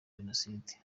jenoside